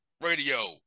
radio